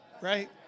Right